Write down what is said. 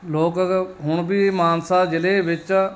ਲੋਕ ਹੁਣ ਵੀ ਮਾਨਸਾ ਜ਼ਿਲ੍ਹੇ ਵਿੱਚ